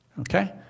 okay